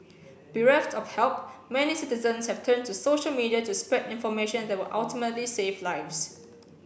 bereft of help many citizens have turned to social media to spread information that would ultimately save lives